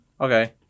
Okay